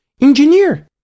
engineer